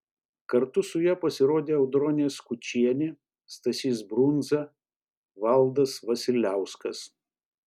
kartu su ja pasirodė audronė skučienė stasys brundza valdas vasiliauskas